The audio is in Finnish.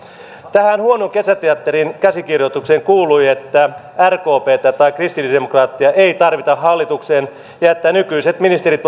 tähän huonoon kesäteatterin käsikirjoitukseen kuului että rkptä tai kristillisdemokraatteja ei tarvita hallitukseen ja ja että nykyiset ministerit